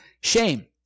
Shame